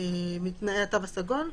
מתנאי התו הסגול.